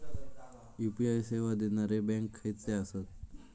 UPI सेवा देणारे bank खयचे आसत?